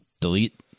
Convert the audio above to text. Delete